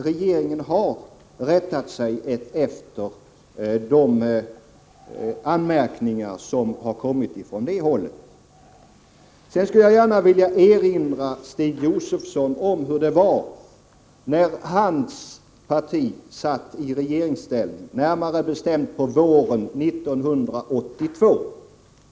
Regeringen har också rättat sig efter de anmärkningar som kommit från det hållet. Jag skulle sedan gärna vilja erinra Stig Josefson om hur det var när hans parti satt i regeringsställning, närmare bestämt på våren 1982.